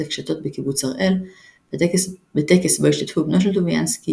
הקשתות" בקיבוץ הראל בטקס בו השתתפו בנו של טוביאנסקי,